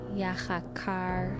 yachakar